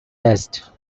list